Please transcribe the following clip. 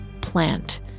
plant